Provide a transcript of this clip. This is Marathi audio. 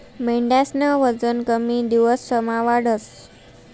मेंढ्यास्नं वजन कमी दिवसमा वाढस